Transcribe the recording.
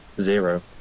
Zero